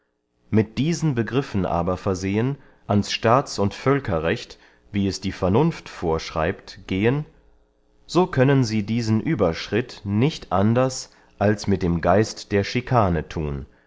mit diesen begriffen aber versehen ans staats und völkerrecht wie es die vernunft vorschreibt gehen so können sie diesen ueberschritt nicht anders als mit dem geist der chicane thun